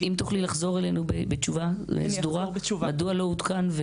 תחזרי אלינו בתשובה סדורה מדוע לא עודכן,